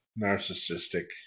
narcissistic